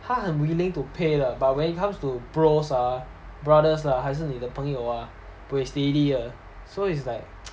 他很 willing to pay lah but when it comes to bros ah brothers lah 还是你的朋友啊 buay steady 的 so it's like